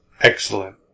Excellent